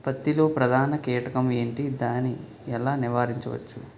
పత్తి లో ప్రధాన కీటకం ఎంటి? దాని ఎలా నీవారించచ్చు?